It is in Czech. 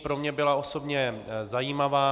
Pro mě byla osobně zajímavá.